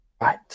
right